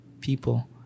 people